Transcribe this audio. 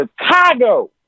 Chicago